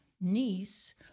niece